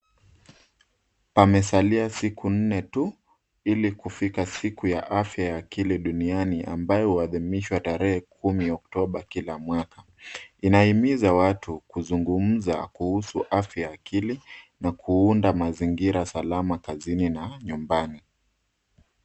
Pamesalia siku nne tu, ili kufika siku ya afya ya akili duniani, ambayo huadhimishwa tarehe kumi oktoba kila mwaka. Inahimiza watu kuzungumza kuhusu afya ya akili, na kuunda mazingira salama kazini na nyumbani.